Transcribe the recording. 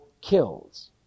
kills